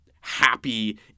happy